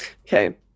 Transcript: Okay